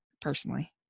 personally